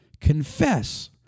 confess